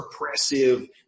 repressive